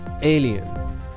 Alien